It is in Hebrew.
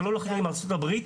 ולא מארצות הברית.